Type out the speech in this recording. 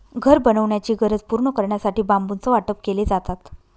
घर बनवण्याची गरज पूर्ण करण्यासाठी बांबूचं वाटप केले जातात